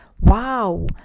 Wow